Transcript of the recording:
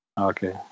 Okay